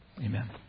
Amen